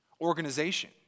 organization